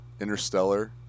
Interstellar